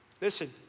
Listen